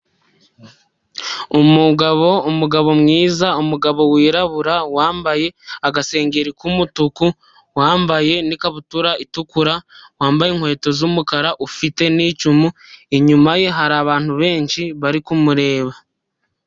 Umugabo, umugabo mwiza, umugabo wirabura, wambaye agasengeri k'umutuku, wambaye n'ikabutura itukura, wambaye inkweto z'umukara ufite n'icumu. Inyuma ye hari abantu benshi bari kumureba.